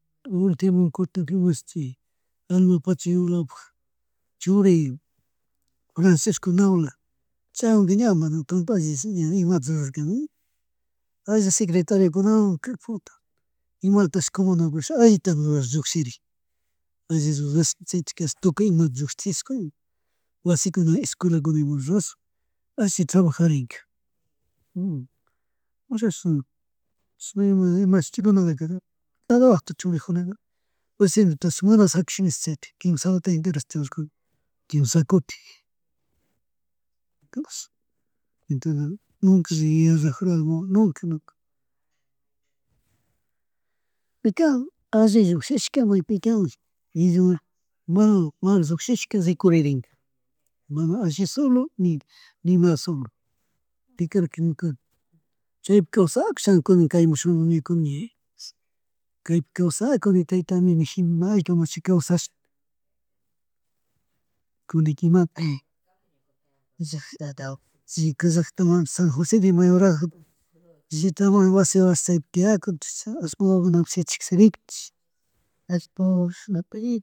Utimi kutin imashuti chay alma Pacha Yolapak churi, Francisco Naula chaywanka ña mana tanto allishi ña nimata mana imata rurarkani, alli secretariokunawan imalatash comupugrurak allitami llukshirik, alli rurash chaytikarish, tukuyman llukchishka, wasikuna, escuelacuna rurash alli trabajarinka. Chashnash chishna rimashk, chaykunak churajarkakuna, presidentash mana shakish nish chaytik quimhs watash entero chuyradorkuna quinshakutin, ñuka ridur alam wawa, nunca nuna. Chayka alli shukshishka maypika illu mal rukshishka rikuririnka mana alli solo ni nima solo paykarka ñuka chaypi kawsakusha kunan kaymun shamuni kuna, kaypi kashakuni tayta amito niji may kamachi kawsash, kunanka imata, chika ñuka llackataka San Jòse de Mayorazgo, shitamuni wasi wawata chaypi tiyakuchiyan allpa wawa shitashka shirikun.